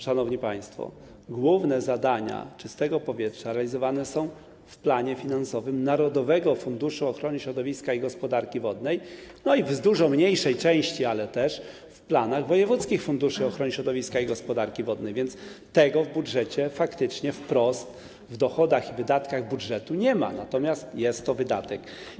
Szanowni państwo, główne zadania „Czystego powietrza” realizowane są w planie finansowym Narodowego Funduszu Ochrony Środowiska i Gospodarki Wodnej i w dużo mniejszej części, ale też, w planach wojewódzkich funduszy ochrony środowiska i gospodarki wodnej, więc tego w budżecie faktycznie wprost w dochodach i wydatkach budżetu nie ma, natomiast jest to wydatek.